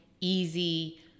easy